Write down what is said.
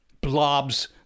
blobs